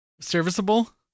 serviceable